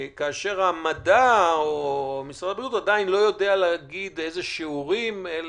כאשר משרד הבריאות לא יודע עדיין להגיע באיזה שיעורים מדובר.